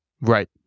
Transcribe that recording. Right